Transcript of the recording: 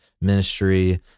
ministry